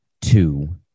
two